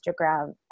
Instagram